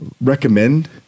recommend